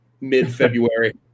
mid-February